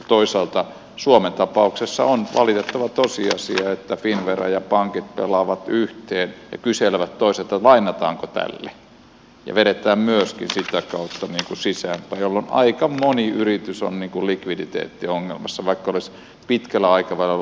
toisaalta suomen tapauksessa on valitettava tosiasia että finnvera ja pankit pelaavat yhteen ja kyselevät toisiltaan että lainataanko tälle ja vedetään myöskin sitä kautta sisäänpäin jolloin aika moni yritys on likviditeettiongelmissa vaikka olisi pitkällä aikavälillä ollut terve